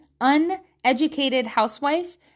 uneducatedhousewife